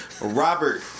Robert